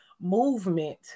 movement